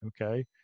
Okay